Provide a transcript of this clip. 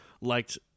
liked